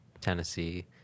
Tennessee